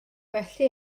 felly